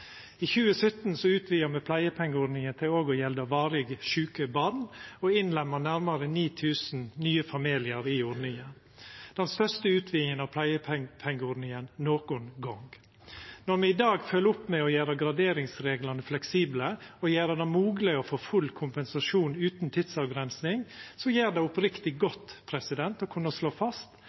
I 2017 utvida me pleiepengeordniga til òg å gjelda varig sjuke born og innlemma nærmare 9 000 nye familiar i ordninga – den største utvidinga av pleiepengeordniga nokon gong. Når me i dag følgjer opp med å gjera graderingsreglane fleksible og gjera det mogleg å få full kompensasjon utan tidsavgrensing, gjer det oppriktig godt å kunna slå fast